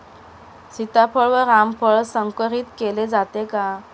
सीताफळ व रामफळ संकरित केले जाते का?